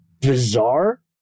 bizarre